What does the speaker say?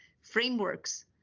frameworks